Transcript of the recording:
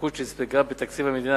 התייקרות שנספגה בתקציב המדינה.